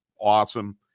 awesome